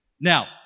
Now